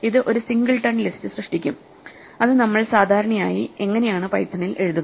ഇത് ഒരു singleton list സൃഷ്ടിക്കും അതു നമ്മൾ സാധാരണയായി ഇങ്ങനെയാണ് പൈത്തണിൽ എഴുതുക